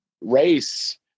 race